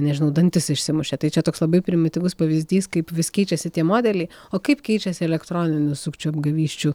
nežinau dantis išsimušė tai čia toks labai primityvus pavyzdys kaip vis keičiasi tie modeliai o kaip keičiasi elektroninių sukčių apgavysčių